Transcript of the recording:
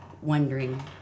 wondering